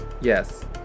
Yes